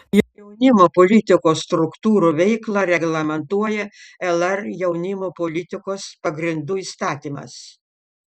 jaunimo politikos struktūrų veiklą reglamentuoja lr jaunimo politikos pagrindų įstatymas